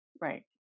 Right